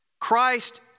Christ